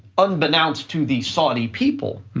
unbeknownst to the saudi people,